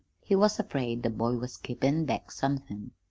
he was afraid the boy was keepin' back somethin'.